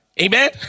Amen